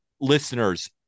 listeners